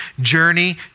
journey